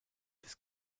des